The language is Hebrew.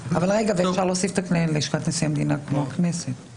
אפשר להוסיף את לשכת נשיא המדינה כמו הכנסת.